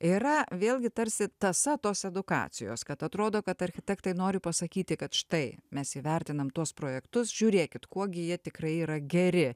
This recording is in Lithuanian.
yra vėlgi tarsi tąsa tos edukacijos kad atrodo kad architektai nori pasakyti kad štai mes įvertinam tuos projektus žiūrėkit kuo gi jie tikrai yra geri